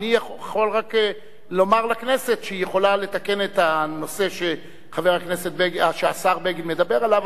אני יכול רק לומר לכנסת שהיא יכולה לתקן את הנושא שהשר בגין מדבר עליו,